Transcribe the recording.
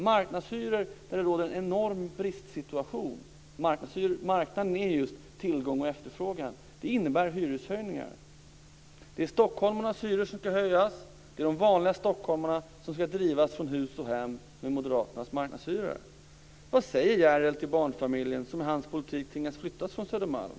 Marknadshyror när det råder en enorm bristsituation - marknaden är ju just tillgång och efterfrågan - innebär hyreshöjningar. Det är stockholmarnas hyror som ska höjas. Det är de vanliga stockholmarna som ska drivas från hus och hem med moderaternas marknadshyror. Vad säger Järell till barnfamiljen som med hans politik tvingas flytta från Södermalm?